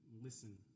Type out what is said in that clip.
listen